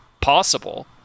possible